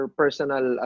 personal